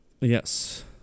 Yes